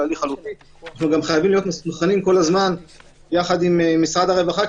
--- אנחנו חייבים להיות מסונכרנים כל הזמן יחד עם משרד הרווחה,